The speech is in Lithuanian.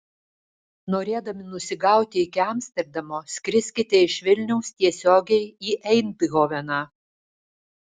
norėdami nusigauti iki amsterdamo skriskite iš vilniaus tiesiogiai į eindhoveną